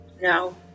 no